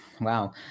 Wow